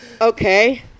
okay